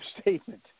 statement